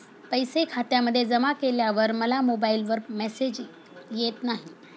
पैसे खात्यामध्ये जमा केल्यावर मला मोबाइलवर मेसेज येत नाही?